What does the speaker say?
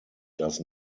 does